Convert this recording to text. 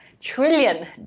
trillion